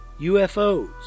UFOs